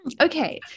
Okay